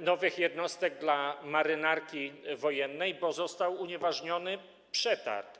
nowych jednostek dla Marynarki Wojennej, bo został unieważniony przetarg.